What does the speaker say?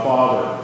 Father